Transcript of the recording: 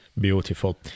Beautiful